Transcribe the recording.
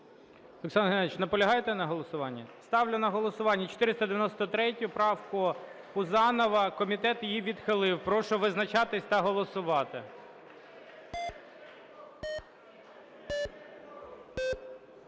Олександр Геннадійович, наполягаєте на голосуванні? Ставлю на голосування 493 правку Пузанова. Комітет її відхилив. Прошу визначатися та голосувати.